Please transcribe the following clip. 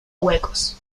huecos